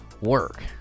work